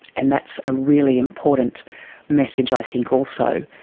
and that's a really important message i think also.